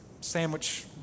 sandwich